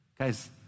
Guys